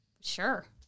sure